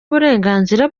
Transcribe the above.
uburenganzira